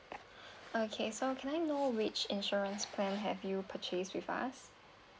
okay so can I know which insurance plan have you purchase with us